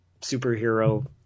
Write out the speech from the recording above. superhero